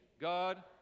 God